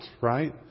right